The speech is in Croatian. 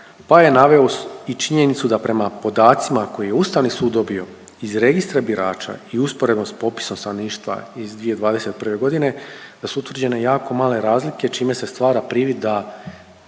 pa je naveo i činjenicu da prema podacima koji je Ustavni sud dobio, iz registra birača i usporedbom s popisom stanovništva iz 2021. godine da su utvrđene jako male razlike čime se stvara privid da